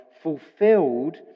Fulfilled